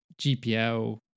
GPL